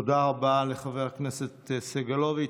תודה רבה לחבר הכנסת סגלוביץ'.